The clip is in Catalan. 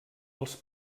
els